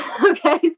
okay